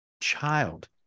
child